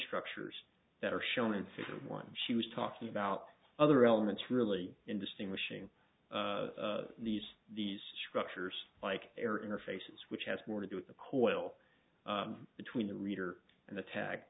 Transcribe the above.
structures that are shown in figure one she was talking about other elements really in distinguishing these these structures like air interfaces which has more to do with the coil between the reader and attack